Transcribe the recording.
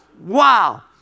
Wow